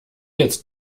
jetzt